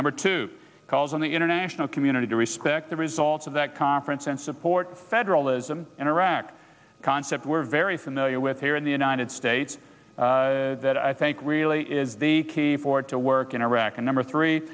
number two calls on the international community to respect the results of that conference and support federalism in iraq concept we're very familiar with here in the united states that i think really is the key for it to work in iraq and number three